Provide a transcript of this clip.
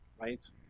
right